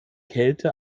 kälte